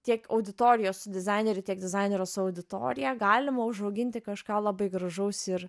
tiek auditorijos su dizaineriu tiek dizainerio su auditorija galima užauginti kažką labai gražaus ir